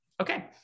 Okay